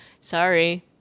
Sorry